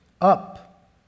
Up